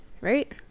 right